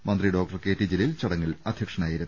മന്ത്രി ഡോക്ടർ കെ ടി ജലീൽ ചടങ്ങിൽ അധ്യക്ഷനായി രുന്നു